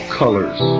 colors